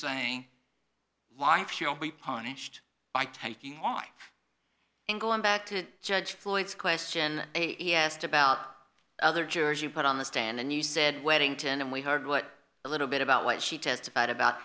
saying life you'll be punished by taking off and going back to judge floyd's question he asked about other jurors you put on the stand and you said weddington and we heard what a little bit about what she testified about